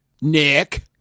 Nick